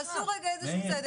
תעשו רגע איזשהו סדר.